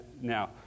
now